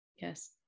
Yes